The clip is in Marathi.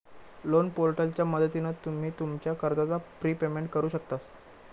लोन पोर्टलच्या मदतीन तुम्ही तुमच्या कर्जाचा प्रिपेमेंट करु शकतास